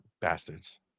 Bastards